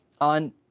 on